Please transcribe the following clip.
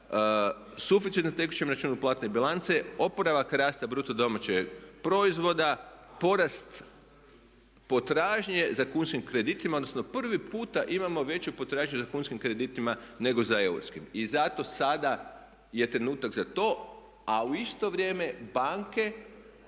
Suficit na tekućem računu platne bilance, oporavak rasta BDP-a, porast potražnje za kunskim kreditima odnosno prvi puta imamo veću potražnju za kunskim kreditima nego za eurskim. I zato sada je trenutak za to a u isto vrijeme banke